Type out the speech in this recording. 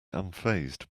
unfazed